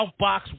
outbox